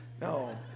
No